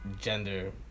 gender